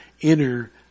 inner